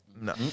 No